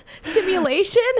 simulation